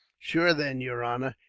shure then, yer honor,